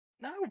No